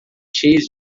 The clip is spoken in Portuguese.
cheias